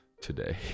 today